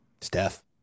Steph